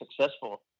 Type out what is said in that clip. successful